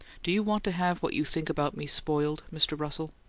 do you want to have what you think about me spoiled, mr. russell?